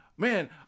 Man